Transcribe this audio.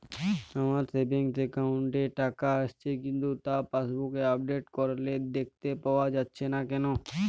আমার savings account এ টাকা আসছে কিন্তু তা পাসবুক আপডেট করলে দেখতে পাওয়া যাচ্ছে না কেন?